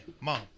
mom